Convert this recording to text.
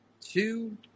two